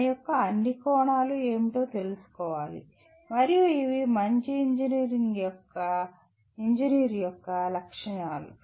దాని యొక్క అన్ని కోణాలు ఏమిటో తెలుసుకోవాలి మరియు ఇవి మంచి ఇంజనీర్ యొక్క లక్షణాలు